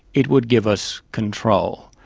it would give us control.